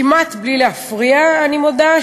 כמעט בלי להפריע, אני מודה.